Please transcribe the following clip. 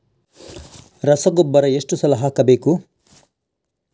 ರಸಗೊಬ್ಬರ ಎಷ್ಟು ಸಲ ಹಾಕಬೇಕು?